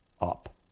up